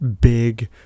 big